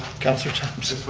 councilor thompson.